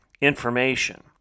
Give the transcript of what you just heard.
information